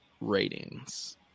ratings